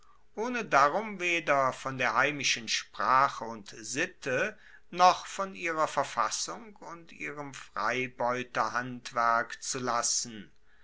ohne darum weder von der heimischen sprache und sitte noch von ihrer verfassung und ihrem freibeuterhandwerk zu lassen